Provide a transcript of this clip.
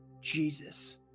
Jesus